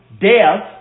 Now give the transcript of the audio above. death